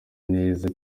neza